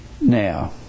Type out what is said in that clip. Now